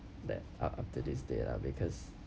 that up up to this day lah because